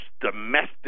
domestic